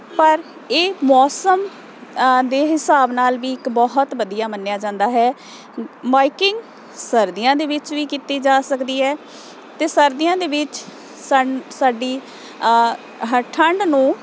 ਪਰ ਇਹ ਮੌਸਮ ਦੇ ਹਿਸਾਬ ਨਾਲ ਵੀ ਇੱਕ ਬਹੁਤ ਵਧੀਆ ਮੰਨਿਆ ਜਾਂਦਾ ਹੈ ਬਾਈਕਿੰਗ ਸਰਦੀਆਂ ਦੇ ਵਿੱਚ ਵੀ ਕੀਤੀ ਜਾ ਸਕਦੀ ਹੈ ਅਤੇ ਸਰਦੀਆਂ ਦੇ ਵਿੱਚ ਸਾਨ ਸਾਡੀ ਠੰਡ ਨੂੰ